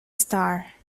star